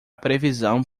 previsão